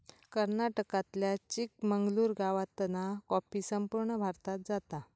कर्नाटकातल्या चिकमंगलूर गावातना कॉफी संपूर्ण भारतात जाता